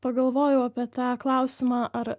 pagalvojau apie tą klausimą ar